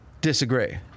disagree